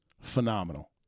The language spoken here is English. Phenomenal